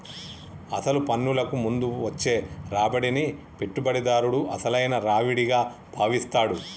అసలు పన్నులకు ముందు వచ్చే రాబడిని పెట్టుబడిదారుడు అసలైన రావిడిగా భావిస్తాడు